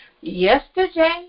Yesterday